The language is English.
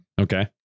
Okay